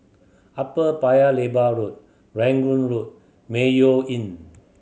Upper Paya Lebar Road Rangoon Road Mayo Inn